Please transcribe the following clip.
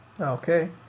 Okay